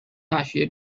大学